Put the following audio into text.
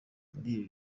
ibi